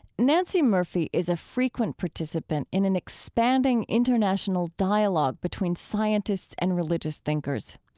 nancey murphy is a frequent participant in an expanding, international dialogue between scientists and religious thinkers.